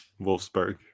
Wolfsburg